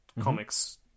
comics